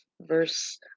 verse